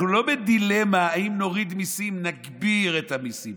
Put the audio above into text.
אנחנו לא בדילמה האם נוריד מיסים או נגביר את המיסים.